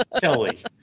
Kelly